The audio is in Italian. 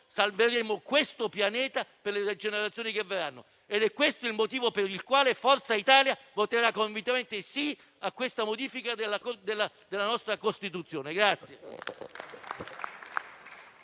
salveremo il pianeta per le generazioni che verranno. Questo è il motivo per il quale Forza Italia voterà convintamente a favore di questa modifica della nostra Costituzione.